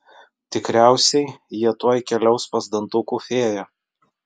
tikriausiai jie tuoj keliaus pas dantukų fėją